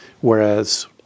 whereas